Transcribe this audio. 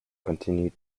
continued